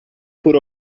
por